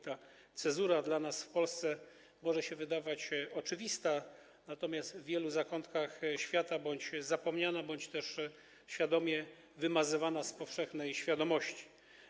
Ta cezura dla nas w Polsce może się wydawać oczywista, natomiast w wielu zakątkach świata jest bądź zapomniana, bądź też świadomie wymazywana z powszechnej świadomości.